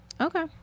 Okay